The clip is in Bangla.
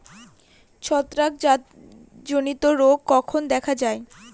ছত্রাক জনিত রোগ কখন দেখা য়ায়?